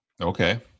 Okay